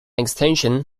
extension